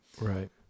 right